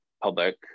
public